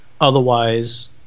Otherwise